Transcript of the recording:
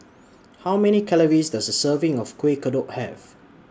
How Many Calories Does A Serving of Kueh Kodok Have